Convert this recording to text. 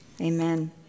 Amen